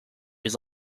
his